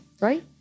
right